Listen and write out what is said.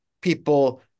people